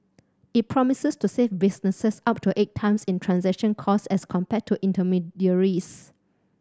it promises to save businesses up to eight times in transaction costs as compared to intermediaries